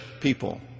people